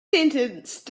sentence